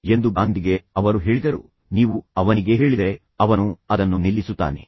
ಆದ್ದರಿಂದ ಗಾಂಧಿಗೆ ಅವರು ಹೇಳಿದರು ನೀವು ಅವನಿಗೆ ಹೇಳಿದರೆ ಅವನು ಅದನ್ನು ನಿಲ್ಲಿಸುತ್ತಾನೆ